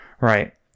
right